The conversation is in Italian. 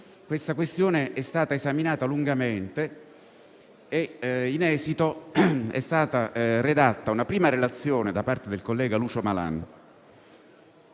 sede la questione è stata esaminata lungamente. In esito, è stata redatta una prima relazione da parte del collega Malan,